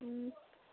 उम्